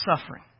suffering